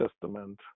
Testament